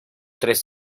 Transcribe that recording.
tres